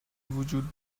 وجود